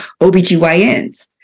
OBGYNs